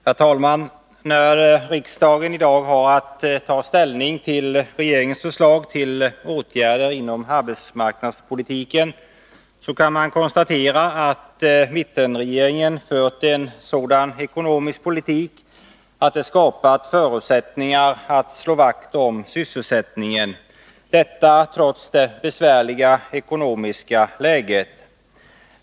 Herr talman! När riksdagen i dag har att ta ställning till regeringens förslag till åtgärder inom arbetsmarknadspolitiken, kan man konstatera att mittenregeringen fört en sådan ekonomisk politik att det skapats förutsättningar att slå vakt om sysselsättningen, detta trots det besvärliga ekonomiska läget.